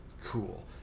cool